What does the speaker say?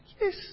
yes